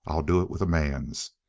i'll do it with a man's.